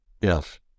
Yes